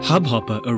Hubhopper